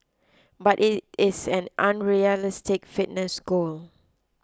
but it is an unrealistic fitness goal